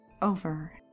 Over